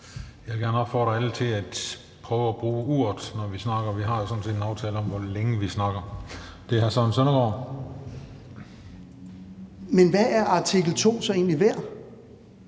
Jeg vil opfordre alle til at prøve at bruge uret, når de snakker. Vi har sådan set en aftale om, hvor længe vi snakker. Så er det hr. Søren Søndergaard. Kl. 17:41 Søren Søndergaard